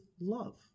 love